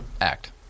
act